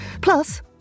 Plus